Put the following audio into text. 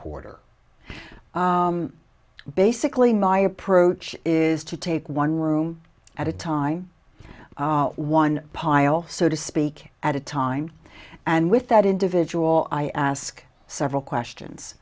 hoarder basically my approach is to take one room at a time one pile so to speak at a time and with that individual i ask several questions